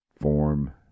form